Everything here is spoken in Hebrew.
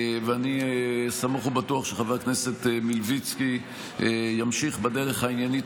ואני סמוך ובטוח שחבר הכנסת מלביצקי ימשיך בדרך העניינית